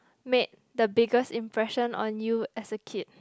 made the biggest impression on you as a kid